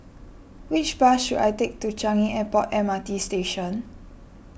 which bus should I take to Changi Airport M R T Station